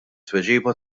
tweġiba